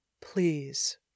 Please